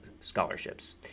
scholarships